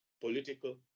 political